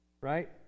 Right